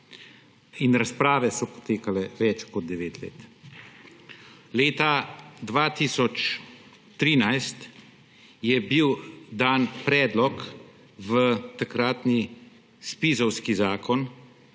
in razprave so potekale več kot 9 let. Leta 2013 je bil dan predlog v takratni ZPIZ-ovski zakon,